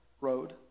road